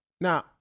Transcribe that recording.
Now